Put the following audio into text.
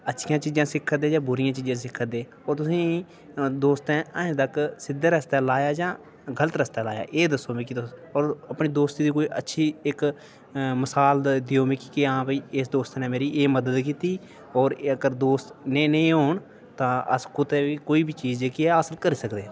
अच्छियां चीजां सिक्खै दे जां बुरियां चीजां सिक्खा दे ओह् तुसें ई दोस्तें अजें तक सीद्धे रस्ते लाएआ जां गलत रस्ते लाएआ एह् दस्सो मिगी तुस और अपने दोस्त दी कोई अच्छी इक मसाल देओ मिगी कि हां भाई इस दोस्त ने मेरी एह् मदद कीती और ए अगर दोस्त नेह् नेह् होन तां अस कुतै बी कोई बी चीज जेह्की ऐ हासल करी सकने